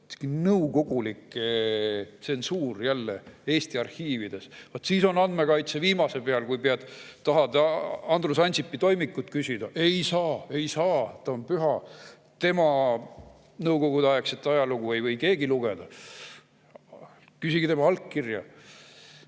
nõukogulik tsensuur Eesti arhiivides. Vaat siis on andmekaitse viimasel peal, kui tahad Andrus Ansipi toimikut [lugeda]. Ei saa, ei saa! Ta on püha, tema nõukogudeaegset ajalugu ei või keegi lugeda. Küsige tema allkirja.